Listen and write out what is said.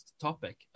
topic